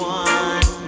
one